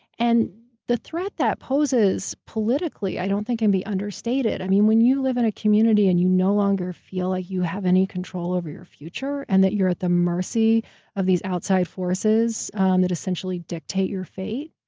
and the threat that poses politically, i don't think can be understated. i mean, when you live in a community and you no longer feel like you have any control over your future, and that you're at the mercy of these outside forces um that essentially dictate your fate.